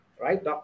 right